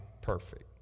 perfect